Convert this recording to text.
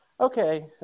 Okay